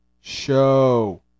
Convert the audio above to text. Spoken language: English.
show